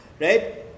right